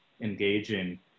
engaging